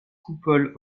coupole